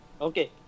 Okay